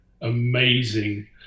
amazing